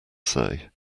say